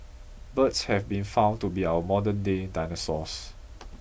birds have been found to be our modernday dinosaurs